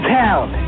town